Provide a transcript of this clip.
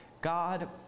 God